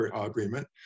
agreement